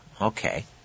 Okay